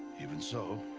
even so.